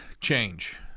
change